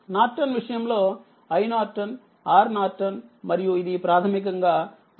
Norton విషయంలో IN RN మరియు ఇది ప్రాథమికంగా RL